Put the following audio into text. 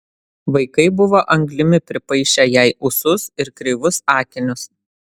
vaikai buvo anglimi pripaišę jai ūsus ir kreivus akinius